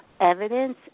evidence